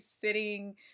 sitting